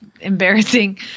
embarrassing